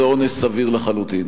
זה עונש סביר לחלוטין.